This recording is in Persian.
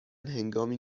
هنگامی